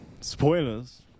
spoilers